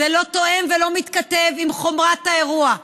זה לא תואם ולא מתכתב עם חומרת האירוע.